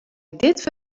dit